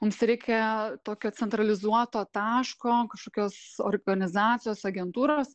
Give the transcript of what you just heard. mums reikia tokio centralizuoto taško kažkokios organizacijos agentūros